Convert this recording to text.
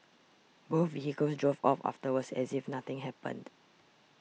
both vehicles drove off afterwards as if nothing happened